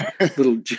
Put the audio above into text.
little